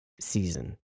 season